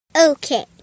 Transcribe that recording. Okay